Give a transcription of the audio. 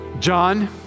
John